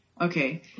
Okay